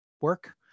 work